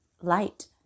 light